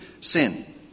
sin